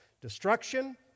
Destruction